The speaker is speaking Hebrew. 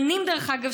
דרך אגב,